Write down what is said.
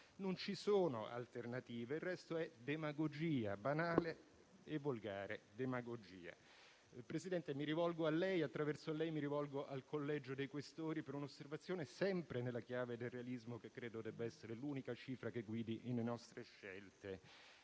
Non ci sono alternative. Il resto è demagogia, banale e volgare demagogia. Signor Presidente, mi rivolgo a lei e, attraverso lei, al Collegio dei Questori per un'osservazione, sempre nella chiave del realismo, che credo debba essere l'unica cifra che deve guidare le nostre scelte.